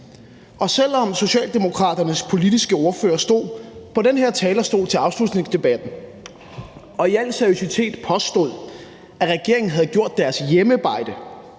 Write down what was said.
op. Selv om Socialdemokratiets politiske ordfører stod på den her talerstol ved afslutningsdebatten og seriøst påstod, at regeringen havde gjort deres hjemmearbejde